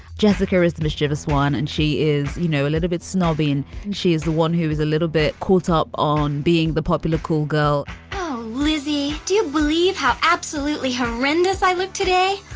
jessica is the mischievous one and she is, you know, a little bit snobby and she is the one who was a little bit caught up on being the popular cool girl lizzie. do you believe how absolutely horrendous i look today?